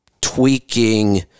tweaking